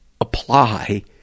apply